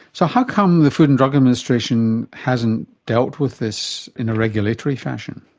so how come the food and drug administration hasn't dealt with this in a regulatory fashion?